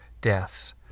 deaths